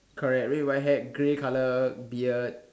correct red white hair grey colour beard